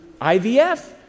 IVF